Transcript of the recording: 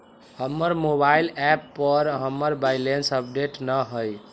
हमर mobile app पर हमर बैलेंस अपडेट न हई